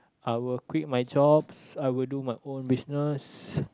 I will quit my job I will do my own business